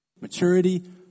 maturity